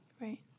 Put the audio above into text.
Right